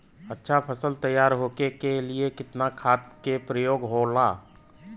अच्छा फसल तैयार होके के लिए कितना खाद के प्रयोग होला?